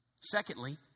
Secondly